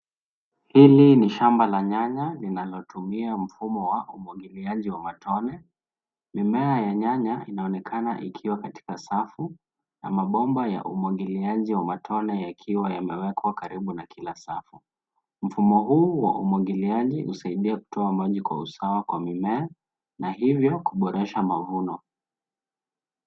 Hili ni shamba la nyanya, linalotumia mfumo wa umwagiliaji wa matone. Mimea ya nyanya inaonekana likiwa katika safu na mabomba ya umwagiliaji wa matone yakiwa yamewekwa karibu na kila safu. Mfumo huu wa umwagiliaji husaidia kutoa maji kwa usawa kwa mimea na hivyo kuboresha mavuno.